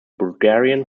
bulgarian